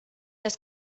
das